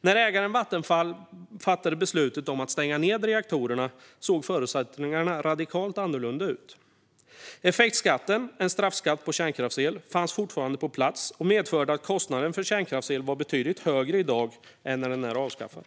När ägaren Vattenfall fattade beslutet att stänga reaktorerna såg förutsättningarna radikalt annorlunda ut. Effektskatten, en straffskatt på kärnkraftsel, fanns fortfarande på plats och medförde att kostnaden för kärnkraftsel var betydligt högre än i dag när den är avskaffad.